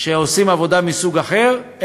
ועושים עבודה מסוג אחר,